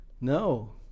No